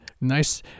Nice